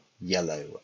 yellow